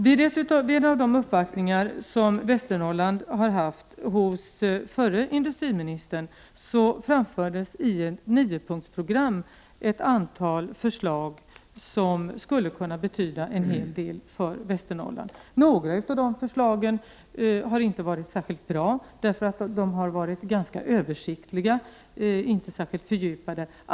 Vid en av de uppvaktningar som företrädare för Västernorrland har gjort hos förre industriministern framfördes i ett niopunktersprogram ett antal förslag som skulle kunna betyda en hel del för Västernorrland. Några av förslagen var inte särskilt bra. De var alltför översiktliga och inte tillräckligt djupgående.